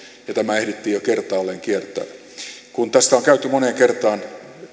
ja tämä ehdittiin jo kertaalleen kieltää kun tästä on on käyty moneen kertaan